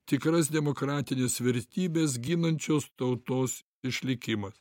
tikras demokratines vertybes ginančios tautos išlikimas